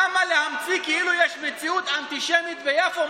למה להמציא כאילו יש מציאות אנטישמית ביפו?